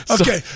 Okay